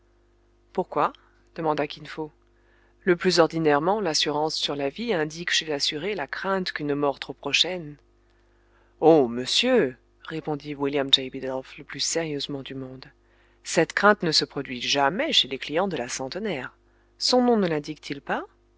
pourquoi demanda kin fo le plus ordinairement l'assurance sur la vie indique chez l'assuré la crainte qu'une mort trop prochaine oh monsieur répondit william j bidulph le plus sérieusement du monde cette crainte ne se produit jamais chez les clients de la centenaire son nom ne lindique t il pas